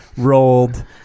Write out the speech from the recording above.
Rolled